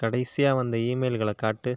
கடைசியாக வந்த ஈமெயில்களை காட்டு